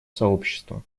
сообщества